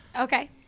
okay